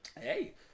Hey